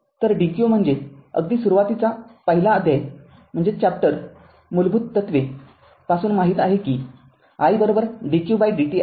तर dq म्हणजे अगदी सुरुवातीचा पहिला अध्याय मूलभूत तत्वे पासून माहीत आहे कि i dqdt आहे